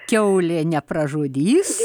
kiaulė nepražudys